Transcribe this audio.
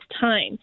time